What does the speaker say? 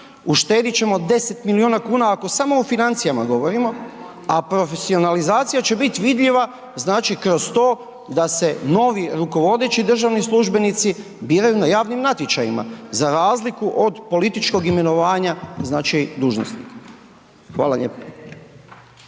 uštedjet ćemo 10 milijuna kuna ako samo o financijama govorimo a profesionalizacija će biti vidljiva znači kroz to da se novi rukovodeći državni službenici biraju na javnim natječajima za razliku od političkog imenovanja dužnosnika. Hvala lijepo.